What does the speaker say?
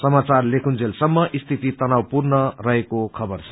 समाचार लेखन्जुलसम्म स्थिति तनावपूर्ण रहेको खबर छ